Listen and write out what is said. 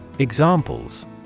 Examples